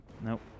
Nope